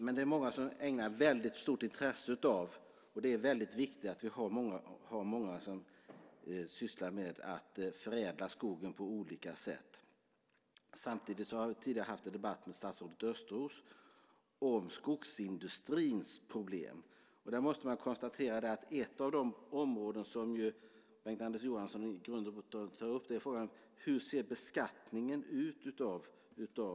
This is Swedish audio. Men det är många som ägnar väldigt stort intresse åt skogen och det är väldigt viktigt att vi har många som sysslar med att förädla skogen på olika sätt. Jag har tidigare haft en debatt med statsrådet Östros om skogsindustrins problem. Man måste konstatera att ett av de områden som Bengt-Anders Johansson i grund och botten tar upp är frågan: Hur ser beskattningen av skogen ut?